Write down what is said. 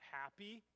happy